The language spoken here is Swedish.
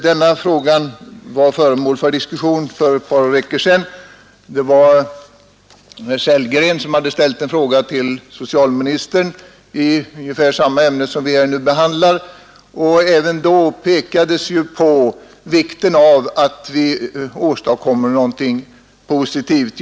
Denna fråga var föremål för diskussion för ett par veckor sedan. Herr Sellgren hade ställt en fråga till socialministern i ungefär samma ämne som vi nu behandlar, och även då framhölls vikten av att vi åstadkommer någonting positivt.